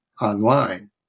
online